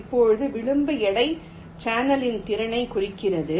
இப்போது விளிம்பு எடை சேனலின் திறனைக் குறிக்கிறது